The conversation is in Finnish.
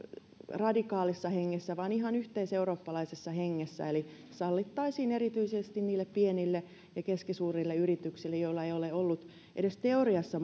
radikaalissa hengessä vaan ihan yhteiseurooppalaisessa hengessä eli sallittaisiin erityisesti niille pienille ja keskisuurille yrityksille joilla ei ole ollut edes teoriassa